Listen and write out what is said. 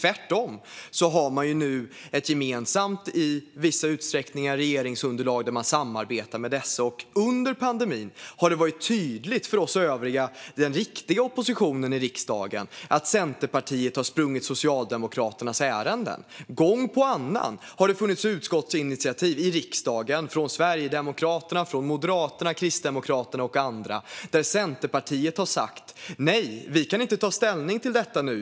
Tvärtom utgör man nu ett i viss utsträckning gemensamt regeringsunderlag där man samarbetar. Under pandemin har det varit tydligt för oss övriga - riksdagens riktiga opposition - att Centerpartiet har sprungit Socialdemokraternas ärenden. Gång på annan har Sverigedemokraterna, Moderaterna, Kristdemokraterna och andra gjort utskottsinitiativ i riksdagen då Centerpartiet har sagt: Nej, vi kan inte ta ställning till detta nu.